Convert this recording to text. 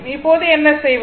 இப்போது என்ன செய்வது